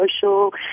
social